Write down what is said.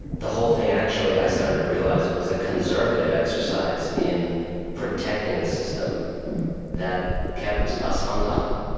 the whole thing, actually, i started to realize, was a conservative exercise in protecting the system that kept us on top